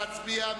נא להצביע.